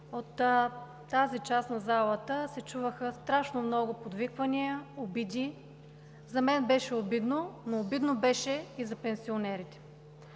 от тази част на залата се чуваха страшно много подвиквания, обиди. За мен беше обидно, но обидно беше и за пенсионерите,